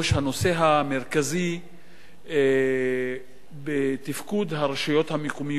הנושא המרכזי בתפקוד הרשויות המקומיות,